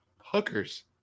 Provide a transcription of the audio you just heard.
Hookers